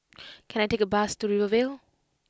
can I take a bus to Rivervale